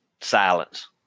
Silence